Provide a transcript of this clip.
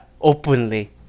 openly